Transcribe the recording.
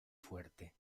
fuerte